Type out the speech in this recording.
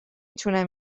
تونم